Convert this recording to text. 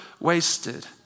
wasted